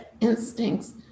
instincts